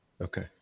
Okay